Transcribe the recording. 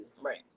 right